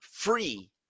free